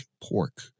pork